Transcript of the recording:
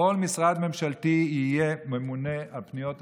שבכל משרד ממשלתי יהיה ממונה על פניות הציבור,